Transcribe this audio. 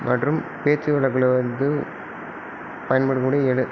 மற்றும் பேச்சு வழக்கில் வந்து பயன்படும் மொழி எனக்கு